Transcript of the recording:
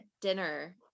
dinner